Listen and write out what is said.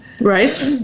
Right